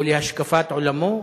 או להשקפת עולמו.